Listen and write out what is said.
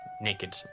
Naked